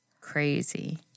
crazy